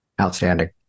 Outstanding